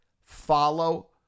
follow